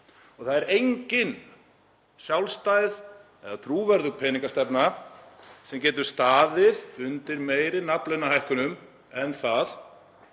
Það er engin sjálfstæð eða trúverðug peningastefna sem getur staðið undir meiri nafnlaunahækkunum en það